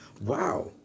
Wow